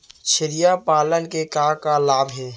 छेरिया पालन के का का लाभ हे?